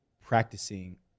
practicing